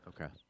Okay